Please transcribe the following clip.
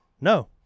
No